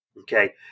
Okay